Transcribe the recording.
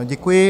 Děkuji.